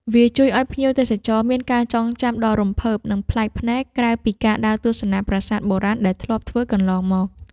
វាជួយឱ្យភ្ញៀវទេសចរមានការចងចាំដ៏រំភើប និងប្លែកភ្នែក ក្រៅពីការដើរទស្សនាប្រាសាទបុរាណដែលធ្លាប់ធ្វើកន្លងមក។